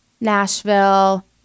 Nashville